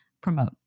promote